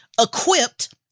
equipped